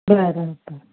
बराबरु